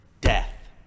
death